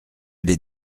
les